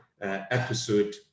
episode